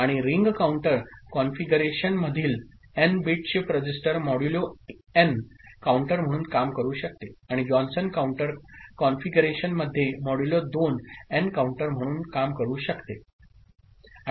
आणि ring counter कॉन्फिगरेशनमधील N bit shift register modulo N counter म्हणून काम करू शकते आणि जॉन्सन काउंटर कॉन्फिगरेशनमध्ये मोड्युलो 2 एन काउंटर म्हणून काम करू शकते